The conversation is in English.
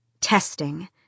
testing